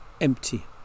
empty